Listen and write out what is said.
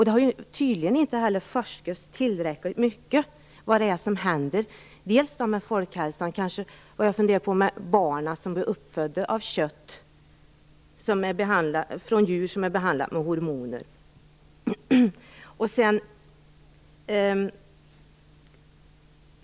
Det har tydligen inte heller forskats tillräckligt mycket om vad som händer dels med folkhälsan, dels med barnen som är uppfödda på kött från djur som är behandlade med hormoner.